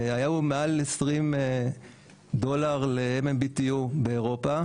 היו מעל 20 דולר ל MMBTU באירופה,